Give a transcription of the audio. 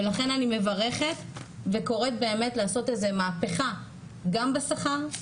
ולכן אני מברכת וקוראת באמת לעשות איזה מהפכה גם בשכר,